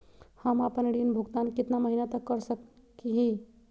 हम आपन ऋण भुगतान कितना महीना तक कर सक ही?